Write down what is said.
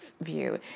view